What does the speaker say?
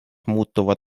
muutuvad